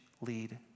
lead